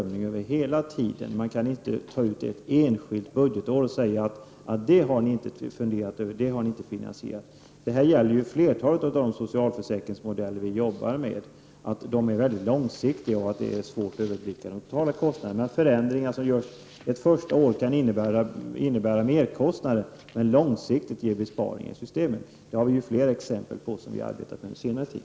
Man kan inte ta fram ett enskilt budgetår och säga att vi inte har funderat över finansieringen av det ena eller det andra. Detta gäller för flertalet av de socialförsäkringsmodeller som vi arbetar med. De är långsiktiga och det är svårt att överblicka de totala kostnaderna. Förändringar som genomförs ett första år kan innebära merkostnad, men långsiktigt ge besparing i systemet. Det finns fler exempel på detta som vi under senare tid har arbetat med.